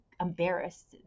embarrassed